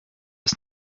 ist